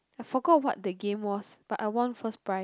I forgot what the game was but I won first prize